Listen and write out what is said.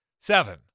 Seven